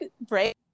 break